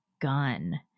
gun